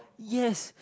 yes